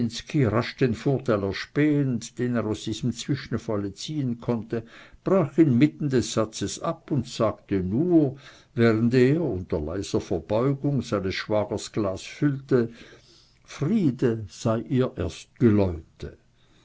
den vorteil erspähend den er aus diesem zwischenfalle ziehen konnte brach inmitten des satzes ab und sagte nur während er unter leiser verbeugung seines schwagers glas füllte friede sei ihr erst geläute